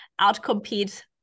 outcompete